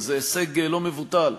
וזה הישג לא מבוטל,